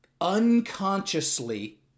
unconsciously